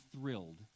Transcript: thrilled